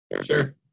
Sure